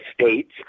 states